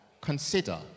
consider